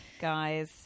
Guys